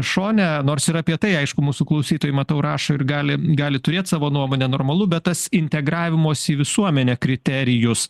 šone nors ir apie tai aišku mūsų klausytojai matau rašo ir gali gali turėt savo nuomonę normalu bet tas integravimosi į visuomenę kriterijus